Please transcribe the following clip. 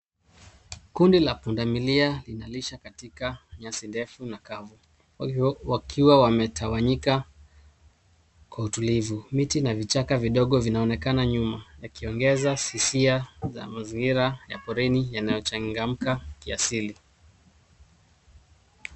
Kundi la pundamilia linalisha katika nyasi ndefu na kavu wakiwa wametawanyika kwa utulivu. Miti na vichaka vidogo vinaonekana nyuma yakiongeza hisia za mazingira ya porini yanayochangamka kiasili.